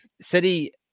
City